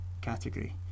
category